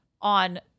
on